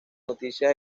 noticias